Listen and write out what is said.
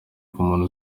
nk’umuntu